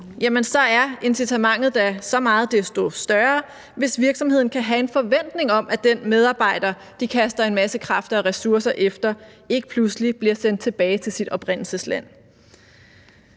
så er incitamentet da så meget desto større, hvis virksomheden kan have en forventning om, at den medarbejder, de kaster en masse kræfter og ressourcer efter, ikke pludselig bliver sendt tilbage til sit oprindelsesland.